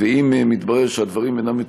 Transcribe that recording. ואם מתברר שהדברים אינם מטופלים,